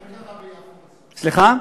סליחה?